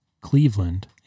Cleveland